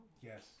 Yes